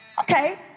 Okay